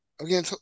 Again